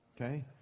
Okay